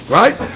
right